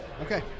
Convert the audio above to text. okay